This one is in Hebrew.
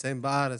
נמצאים בארץ?